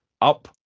up